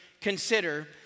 consider